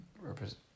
represent